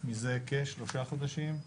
מזה כשלושה חודשים,